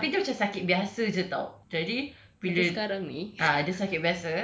dia sa~ tapi dia macam sakit biasa tahu jadi bila